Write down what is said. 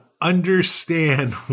understand